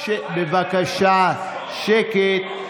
בבקשה שקט.